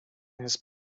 his